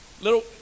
Little